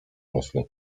myśli